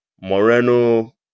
Moreno